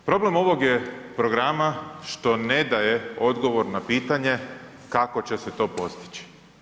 Problem ovog je programa što ne daje odgovor na pitanje kako će se to postići.